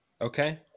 Okay